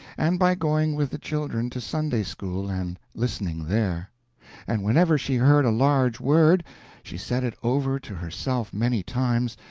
and by going with the children to sunday-school and listening there and whenever she heard a large word she said it over to herself many times,